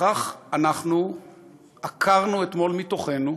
כך אנחנו עקרנו אתמול מתוכנו,